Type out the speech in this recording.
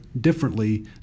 differently